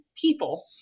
people